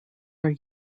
are